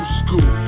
school